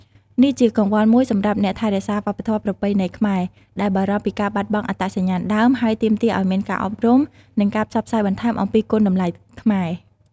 នេះជាកង្វល់មួយសម្រាប់អ្នកថែរក្សាវប្បធម៌ប្រពៃណីខ្មែរ ដែលបារម្ភពីការបាត់បង់អត្តសញ្ញាណដើម ហើយទាមទារឲ្យមានការអប់រំ និងការផ្សព្វផ្សាយបន្ថែមអំពីគុណតម្លៃខ្មែរ។